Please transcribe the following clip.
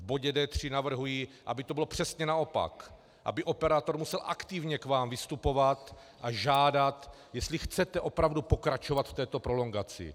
V bodě D3 navrhuji, aby to bylo přesně naopak, aby operátor musel aktivně k vám vystupovat a žádat, jestli chcete opravdu pokračovat v této prolongaci.